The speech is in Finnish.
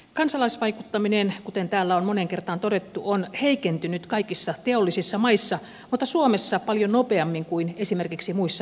kansalaisvaikuttaminen kuten täällä on moneen kertaan todettu on heikentynyt kaikissa teollisissa maissa mutta suomessa paljon nopeammin kuin esimerkiksi muissa pohjoismaissa